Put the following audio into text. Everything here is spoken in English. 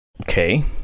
Okay